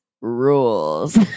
rules